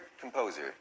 composer